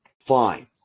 Fine